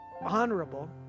honorable